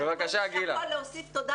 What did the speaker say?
כל מי שיכול להוסיף תודה,